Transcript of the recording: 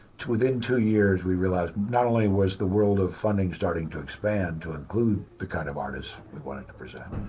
within two years, we realized not only was the world of funding starting to expand to include the kind of artists we wanted to present,